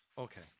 Okay